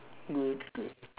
good good